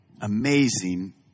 Amazing